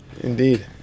Indeed